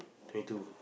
twenty two